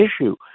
issue